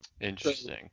Interesting